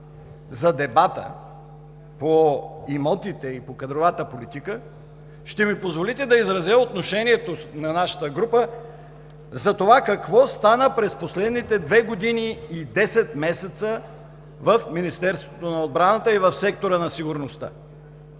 за дебата по имотите и по кадровата политика, ще ми позволите да изразя отношението на нашата група за това какво стана през последните две години и 10 месеца в Министерството на отбраната и в сектора на сигурността.